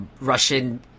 Russian